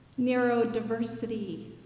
neurodiversity